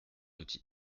outil